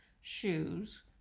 shoes